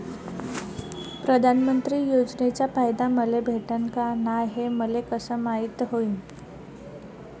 प्रधानमंत्री योजनेचा फायदा मले भेटनं का नाय, हे मले कस मायती होईन?